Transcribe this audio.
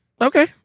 Okay